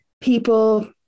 people